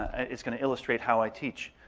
it's going to illustrate how i teach.